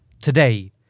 today